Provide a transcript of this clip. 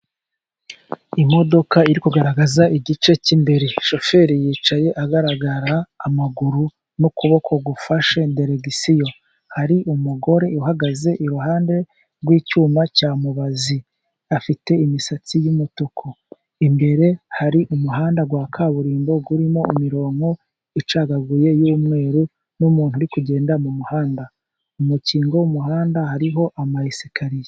Imodoka iri kugaragaza igice cy'imbere. Shoferi yicaye agaragara amaguru n'ukuboko gufashe diregisiyo. Hari umugore uhagaze iruhande rw'icyuma cya mubazi, afite imisatsi y'umutuku. Imbere hari umuhanda wa kaburimbo urimo imirongo icagaguye y'umweru, n'umuntu uri kugenda mu muhanda mu mukingo w'umuhanda hariho amayesikariye.